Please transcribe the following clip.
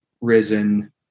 risen